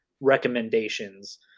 recommendations